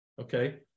Okay